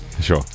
Sure